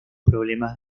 problemas